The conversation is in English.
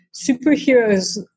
superheroes